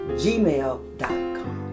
gmail.com